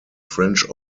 french